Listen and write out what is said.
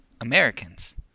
Americans